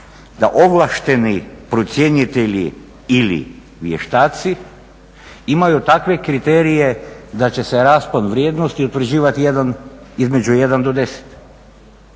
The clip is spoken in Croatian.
da ovlašteni procjenitelji ili vještaci imaju takve kriterije da će se raspad vrijednosti utvrđivati između 1 do 10.